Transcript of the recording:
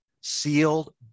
sealed